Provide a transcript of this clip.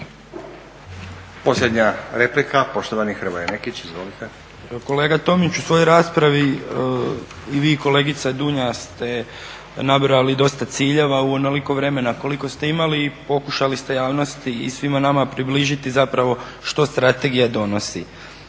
Posljednja replika, poštovani Hrvoje Nekić. Izvolite. **Nekić, Hrvoje (SDP)** Kolega Tomić u svojoj raspravi i vi i kolegica Dunja ste nabrojali dosta ciljeva u onoliko vremena koliko ste imali i pokušali ste javnosti i svima nama približiti zapravo što strategija donosi.